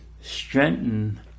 strengthen